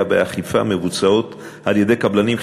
והאכיפה מבוצעות על-ידי קבלנים חיצוניים,